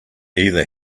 either